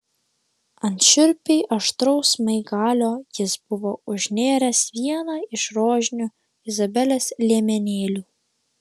ant šiurpiai aštraus smaigalio jis buvo užnėręs vieną iš rožinių izabelės liemenėlių